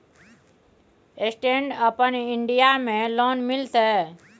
Stand up India में लोन मिलते?